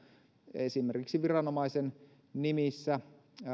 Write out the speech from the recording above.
esimerkiksi viranomaisen nimissä